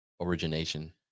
origination